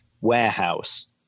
warehouse